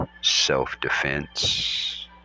self-defense